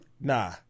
Nah